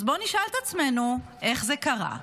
אז בואו נשאל את עצמנו איך זה קרה.